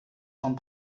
von